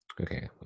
okay